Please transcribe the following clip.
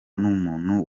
n’umuntu